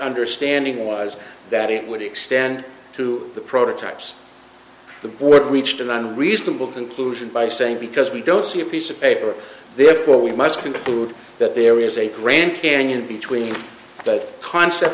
understanding was that it would extend to the prototypes the board reached in on reasonable conclusions by saying because we don't see a piece of paper therefore we must conclude that there is a grand canyon between that concept